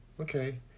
okay